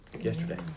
yesterday